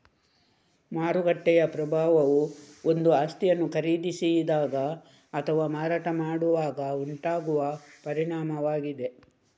ಮಾರುಕಟ್ಟೆಯ ಪ್ರಭಾವವು ಒಂದು ಆಸ್ತಿಯನ್ನು ಖರೀದಿಸಿದಾಗ ಅಥವಾ ಮಾರಾಟ ಮಾಡುವಾಗ ಉಂಟಾಗುವ ಪರಿಣಾಮವಾಗಿದೆ